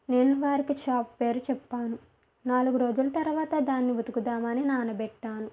నేను వారికి షాప్ పేరు చెప్పాను నాలుగు రోజుల తరువాత దాన్ని ఉతుకుదామని నాన బెట్టాను